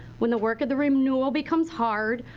when the work of the renewal becomes hard.